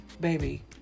baby